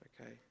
Okay